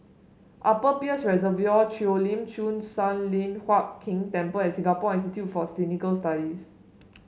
Upper Peirce Reservoir Cheo Lim Chin Sun Lian Hup Keng Temple and Singapore Institute for Clinical Studies